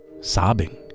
sobbing